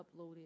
uploaded